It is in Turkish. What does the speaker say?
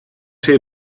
şey